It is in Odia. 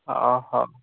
ଅ ହଉ